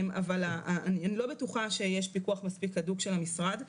אבל אני לא בטוחה שיש פיקוח מספיק הדוק של המשרד.